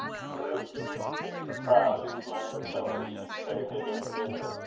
through its crowd of slender pillars, she strayed hither and thither,